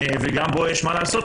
וגם בו יש מה לעשות,